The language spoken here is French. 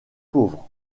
pauvres